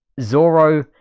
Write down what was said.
Zoro